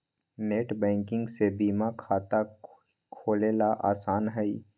net banking से बीमा खाता खोलेला आसान हई